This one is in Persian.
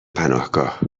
پناهگاه